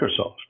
Microsoft